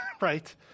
right